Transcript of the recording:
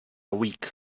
week